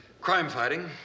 crime-fighting